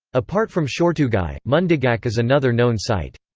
apart from shortughai, mundigak is another known site.